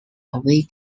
away